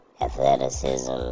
athleticism